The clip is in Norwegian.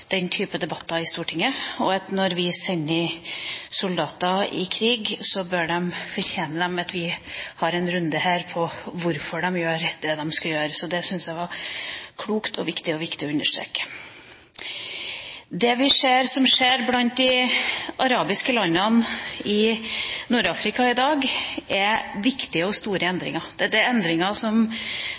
debatter i Stortinget. Når vi sender soldater i krig, fortjener de at vi har en runde her om hvorfor de skal gjøre det de skal gjøre. Det syns jeg er klokt og viktig – og viktig å understreke. Det som skjer i de arabiske landene i Nord-Afrika i dag, er viktige og store endringer, endringer som våre barn og barnebarn kommer til å lese om i historiebøkene. Problemet er